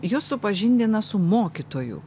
jus supažindina su mokytoju